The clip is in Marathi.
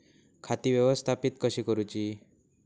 खाती व्यवस्थापित कशी करूची?